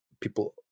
people